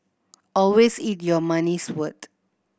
always eat your money's worth